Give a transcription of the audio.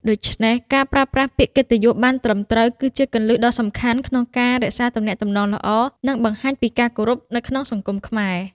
ដូច្នេះ ការប្រើប្រាស់ពាក្យកិត្តិយសបានត្រឹមត្រូវ គឺជាគន្លឹះដ៏សំខាន់ក្នុងការរក្សាទំនាក់ទំនងល្អ និងបង្ហាញពីការគោរពនៅក្នុងសង្គមខ្មែរ។